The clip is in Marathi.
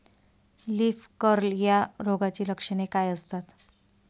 लीफ कर्ल या रोगाची लक्षणे काय असतात?